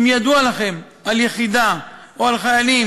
אם ידוע לכם על יחידה או על חיילים